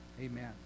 Amen